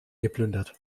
geplündert